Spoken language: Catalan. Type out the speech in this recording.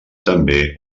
també